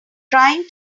trying